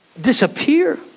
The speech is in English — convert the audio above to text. disappear